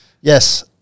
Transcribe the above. yes